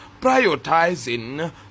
prioritizing